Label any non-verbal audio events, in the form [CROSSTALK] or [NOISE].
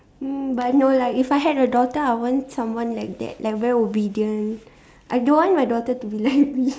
mm but no lah if I had a daughter I want someone like that like very obedient I don't want my daughter to be like me [LAUGHS]